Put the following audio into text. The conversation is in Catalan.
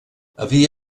havia